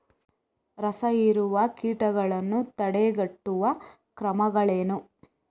ರಸಹೀರುವ ಕೀಟಗಳನ್ನು ತಡೆಗಟ್ಟುವ ಕ್ರಮಗಳೇನು?